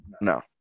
No